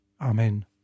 Amen